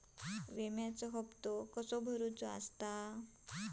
विम्याचे हप्ते कसे भरूचो शकतो?